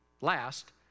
last